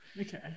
Okay